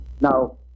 Now